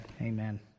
amen